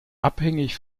abhängig